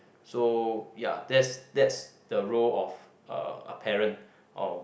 so ya that's that's the role uh a parent of